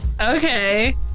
Okay